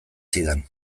zidan